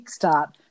kickstart